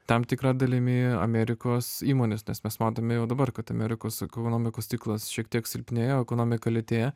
tam tikra dalimi amerikos įmonės nes mes matome jau dabar kad amerikos ekonomikos ciklas šiek tiek silpnėja o ekonomika lėtėja